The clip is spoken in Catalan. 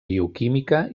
bioquímica